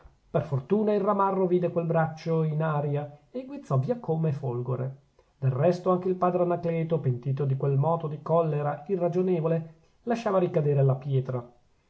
per fortuna il ramarro vide quel braccio in aria e guizzò via come folgore del resto anche il padre anacleto pentito di quel moto di collera irragionevole lasciava ricadere la pietra